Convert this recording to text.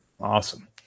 Awesome